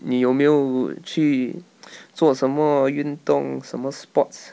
你有没有去 做什么运动什么 sports